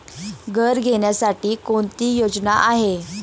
घर घेण्यासाठी कोणती योजना आहे?